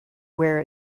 where